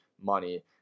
money